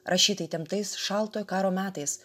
rašyta įtemptais šaltojo karo metais